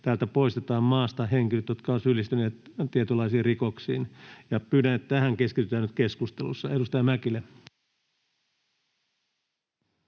täältä poistetaan maasta henkilöt, jotka ovat syyllistyneet tietynlaisiin rikoksiin. Pyydän, että tähän keskitytään nyt keskustelussa. — Edustaja Mäkelä.